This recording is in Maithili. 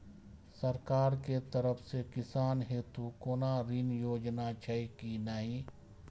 सरकार के तरफ से किसान हेतू कोना ऋण योजना छै कि नहिं?